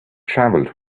travelled